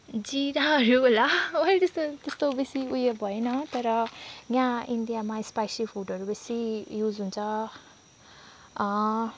जिराहरू होला त्यस्तो बेसी उयो भएन तर यहाँ इन्डियामा स्पाइसी फुडहरू बेसी युज हुन्छ